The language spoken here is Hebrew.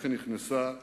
ו"לח"י נכנסה ללבו",